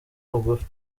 bugufi